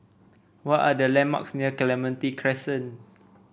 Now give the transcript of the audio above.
what are the landmarks near Clementi Crescent